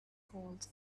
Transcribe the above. called